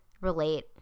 relate